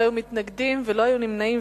לא היו מתנגדים ולא היו נמנעים.